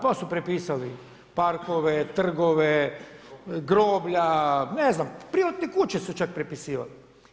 Pa su prepisali parkove, trgove, groblja, ne znam privatne kuće su čak prepisivali.